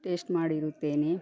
taste ಮಾಡಿರುತ್ತೇನೆ